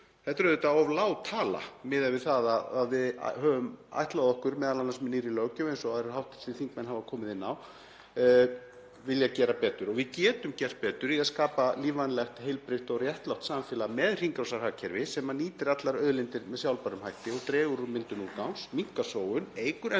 Þetta er auðvitað of lág tala miðað við það að við höfum ætlað okkur, m.a. með nýrri löggjöf eins og aðrir hv. þingmenn hafa komið inn á, að gera betur. Og við getum gert betur í að skapa lífvænlegt, heilbrigt og réttlátt samfélag með hringrásarhagkerfi sem nýtir allar auðlindir með sjálfbærum hætti og dregur úr myndun úrgangs, minnkar sóun, eykur endurnotkun,